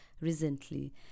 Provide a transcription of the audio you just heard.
recently